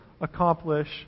accomplish